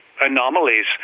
anomalies